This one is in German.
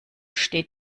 steht